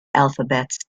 alphabets